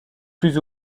plus